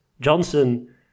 Johnson